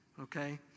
okay